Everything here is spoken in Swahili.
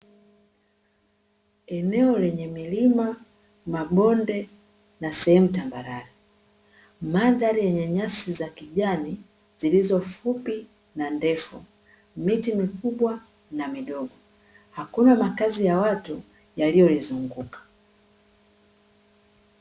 Eneo lenye milima, mabonde na sehemu tambarare. Mandhari yenye nyasi za kijani zilizo fupi na ndefu, miti mikubwa na midogo. Hakuna makazi ya watu yaliyolizunguka.